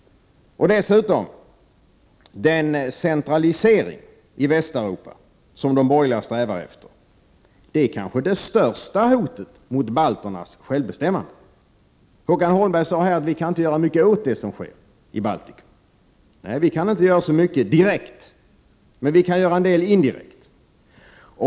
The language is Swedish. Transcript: Och dessutom: Den centralisering i Västeuropa som de borgerliga strävar efter är kanske det största hotet mot balternas självbestämmande. Håkan Holmberg sade här att vi inte kan göra mycket åt det som sker i Baltikum. Nej, vi kan inte göra så mycket direkt, men vi kan göra en del indirekt.